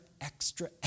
extra